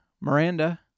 Miranda